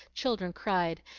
children cried,